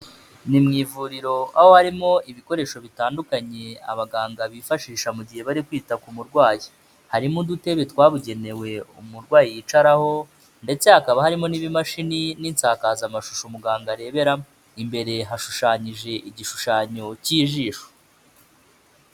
Ni mu ivuriro aho harimo ibikoresho bitandukanye abaganga bifashisha mu gihe bari kwita ku murwayi, harimo udutebe twabugenewe umurwayi yicaraho ndetse hakaba harimo n'ibimashini n'insakazamashusho muganga areberamo, imbere hashushanyije igishushanyo k'ijisho.